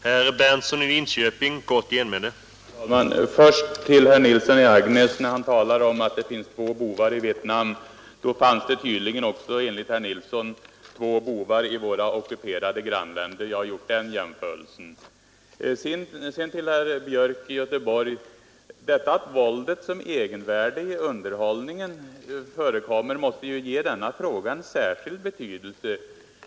Herr talman! Först några ord till herr Nilsson i Agnäs. Han sade att det finns två bovar i Vietnam, och enligt herr Nilsson fanns det då tydligen också två bovar i våra ockuperade grannländer. Jag har gjort den jämförelsen. Sedan vill jag säga till herr Björk i Göteborg, att det förhållandet att våldet förekommer som egenvärde i underhållningen väl måste ge den här frågan en särskild betydelse.